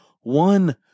one